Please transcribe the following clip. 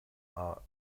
are